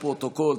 לפרוטוקול,